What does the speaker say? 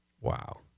Wow